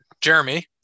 Jeremy